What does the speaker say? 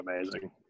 amazing